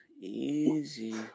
Easy